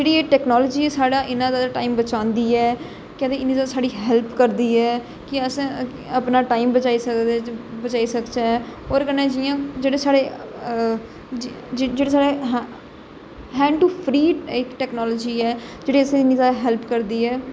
जेहड़ी एह् टेक्नोलाॅजी साढ़ा इन्ना ज्यादा टाइम बचांदी ऐ केह् आक्खदे इनी ज्यादा साढ़ी हैल्प करदी ऐ केह् अस अपना टाइम बचाई सकदे बचाई सकचे ओहदे क्नने जियां साढ़े जेहडे साढ़े हैंन्ड टू फ्री इक टेक्नोलाॅजी ऐ जेहड़ी असेंगी इन्नी ज्यादा हैल्प करदी ऐ